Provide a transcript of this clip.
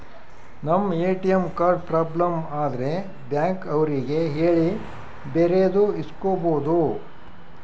ನಮ್ ATM card problem ಆದ್ರೆ bank ಅವ್ರಿಗೆ ಹೇಳಿ ಬೇರೆದು ಇಸ್ಕೊಬೋದು